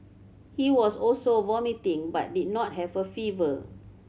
he was also vomiting but did not have a fever